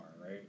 right